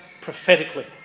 prophetically